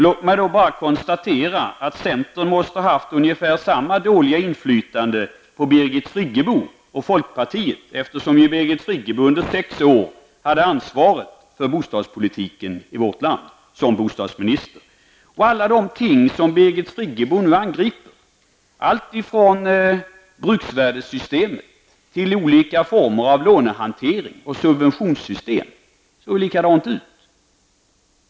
Låt mig bara påpeka att centern måste ha haft ungefär samma dåliga inflytande på Birgit Friggebo och folkpartiet, eftersom Birgit Friggebo under sex år som bostadsminister hade ansvaret för bostadspolitiken i vårt land. Alla de ting som Birgit Friggebo nu angriper, alltifrån bruksvärdessystemet till olika former av lånehantering och subventionssystem, såg likadant ut då.